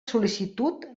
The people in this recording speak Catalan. sol·licitud